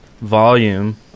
volume